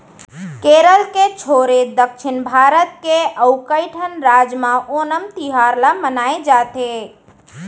केरल के छोरे दक्छिन भारत के अउ कइठन राज म ओनम तिहार ल मनाए जाथे